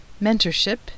mentorship